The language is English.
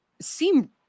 seem